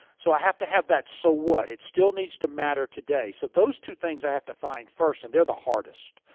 so i have to have that so what. it still needs to matter today. so those two things i have to find first and they're the hardest.